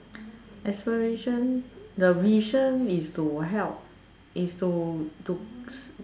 aspiration the reason is to help is to to